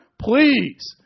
please